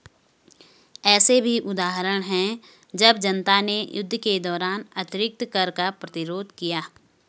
ऐसे भी उदाहरण हैं जब जनता ने युद्ध के दौरान अतिरिक्त कर का प्रतिरोध किया